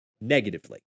negatively